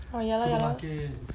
oh ya lor ya lor